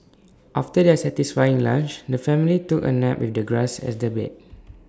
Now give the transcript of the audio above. after their satisfying lunch the family took A nap with the grass as their bed